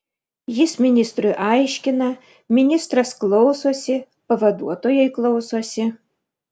jis ministrui aiškina ministras klausosi pavaduotojai klausosi